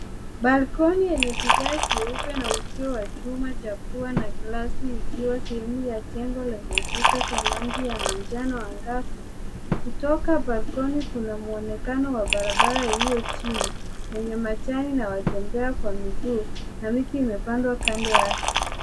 Balkoni yenye vigae vyeupe